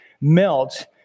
melt